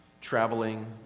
traveling